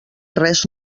res